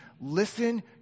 listen